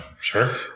Sure